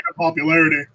popularity